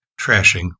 trashing